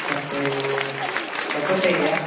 ಮತ್ತೆ ಇವು ಚಕ್ಕೋತ ಇದೆಯಾ